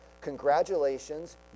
congratulations